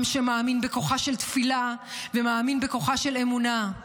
עם שמאמין בכוחה של תפילה ומאמין בכוחה של אמונה.